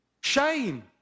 Shame